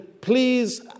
please